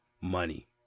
money